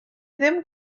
ddim